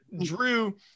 Drew